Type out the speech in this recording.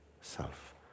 Self